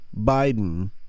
Biden